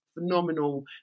phenomenal